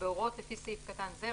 בהוראות לפי סעיף קטן זה,